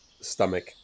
stomach